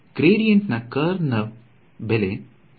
ಹಾಗಾದರೆ ಗ್ಗ್ರೇಡಿಯಂಟ್ ನಾ ಕರ್ಲ್ ನ ಬೆಲೆ 0